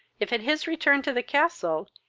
if, at his return to the castle,